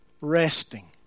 Resting